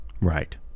right